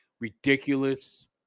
ridiculous